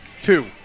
Two